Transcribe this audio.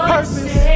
Purpose